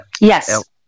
Yes